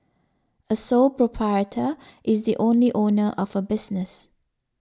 a sole proprietor is the only owner of a business